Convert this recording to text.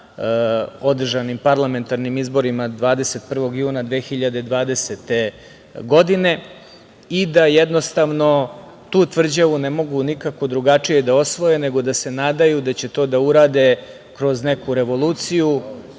na održanim parlamentarnim izborima, 21. juna 2020. godine, i da tu tvrđavu ne mogu nikako drugačije da osvoje nego da se nadaju da će to da urade kroz neku revoluciju,